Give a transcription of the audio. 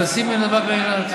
טסים מנתב"ג לאילת.